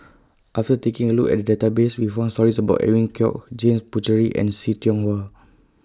after taking A Look At The Database We found stories about Edwin Koek James Puthucheary and See Tiong Wah